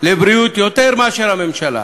על הבריאות, יותר מאשר הממשלה.